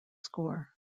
score